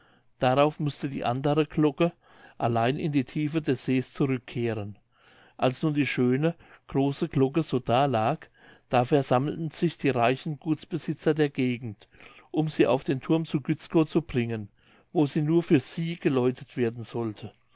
darauf mußte die andere glocke allein in die tiefe des sees zurückkehren als nun die schöne große glocke so da lag da versammelten sich die reichen gutsbesitzer der gegend um sie auf den thurm zu gützkow zu bringen wo sie nur für sie geläutet werden sollte